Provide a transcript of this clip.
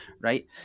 right